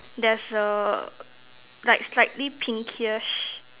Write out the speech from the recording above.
there's a like slightly pinkish